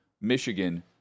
Michigan